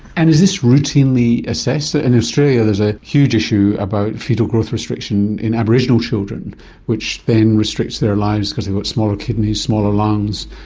and is this routinely assessed? ah in australia there is a huge issue about foetal growth restriction in aboriginal children which then restricts their lives because they've got smaller kidneys, smaller lungs,